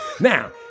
Now